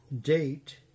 date